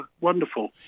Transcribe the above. wonderful